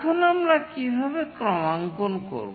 এখন আমরা কীভাবে ক্রমাঙ্কন করব